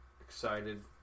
excited